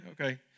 Okay